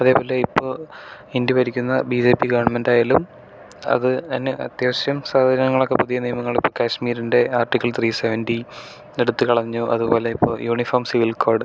അതേപോലെ ഇപ്പോൾ ഇന്ത്യ ഭരിക്കുന്ന ബി ജെ പി ഗവൺമെൻ്റ് ആയാലും അതുതന്നെ അത്യാവശ്യം സൗകര്യങ്ങളൊക്കെ പുതിയ നിയമങ്ങള് ഇപ്പോ കാശ്മീരിൻ്റെ ആർട്ടിക്കിൾ ത്രീസെവെൻ്റി എടുത്തു കളഞ്ഞു അതുപോലെ ഇപ്പോ യൂണിഫോം സിവിൽ കോഡ്